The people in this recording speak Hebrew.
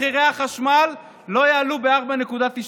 מחירי החשמל לא יעלו ב-4.9%,